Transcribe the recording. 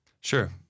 Sure